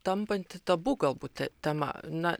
tampanti tabu galbūt tema na